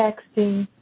texting,